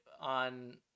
on